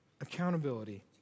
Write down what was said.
Accountability